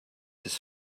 his